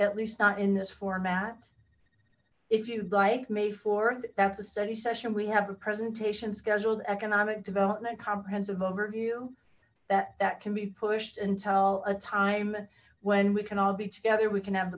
at least not in this format if you'd like may th that's a study session we have a presentation scheduled economic development comprehensive overview that that can be pushed until a time when we can all be together we can have